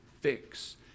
fix